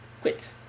quit